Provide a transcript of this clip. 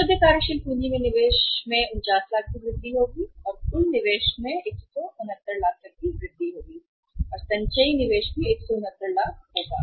शुद्ध कार्यशील पूंजी में निवेश में 49 लाख की वृद्धि होगी और कुल निवेश में वृद्धि होगी 169 लाख तक और संचयी निवेश भी 169 लाख होगा